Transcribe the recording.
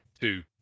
two